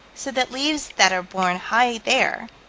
so that leaves that are borne high there,